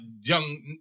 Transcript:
young